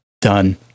done